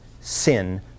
Sin